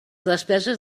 despeses